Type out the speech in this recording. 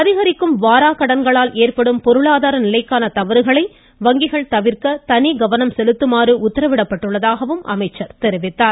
அதிகரிக்கும் வாராக்கடன்களால் ஏற்படும் பொருளாதார நிலைக்கான தவறுகளை தவிர்க்க தனிக்கவனம் செலுத்துமாறு உத்தரவிடப்பட்டிருப்பதாகவும் வங்கிகள் தெரிவித்தார்